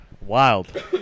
wild